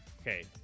okay